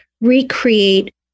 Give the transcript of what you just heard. recreate